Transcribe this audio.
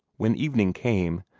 when evening came,